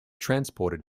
transported